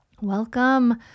Welcome